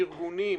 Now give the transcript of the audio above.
ארגונים,